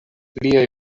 pliaj